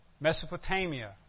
Mesopotamia